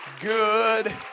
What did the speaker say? good